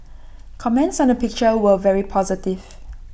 comments on the picture were very positive